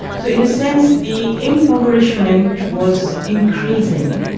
so in a sense, the impoverishment was increasing,